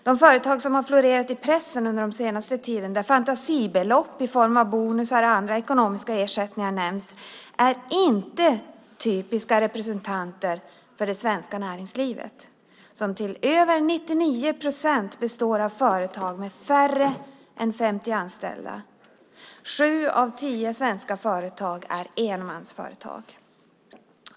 De företag som har florerat i pressen under den senaste tiden, där fantasibelopp i form av bonusar och andra ekonomiska ersättningar nämns, är inte typiska representanter för det svenska näringslivet, som till över 99 procent består av företag med färre än 50 anställda. Sju av tio svenska företag är enmansföretag.